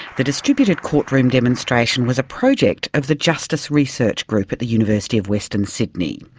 the distributed courtroom demonstration was a project of the justice research group at the university of western sydney.